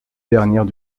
dernière